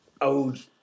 old